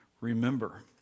remember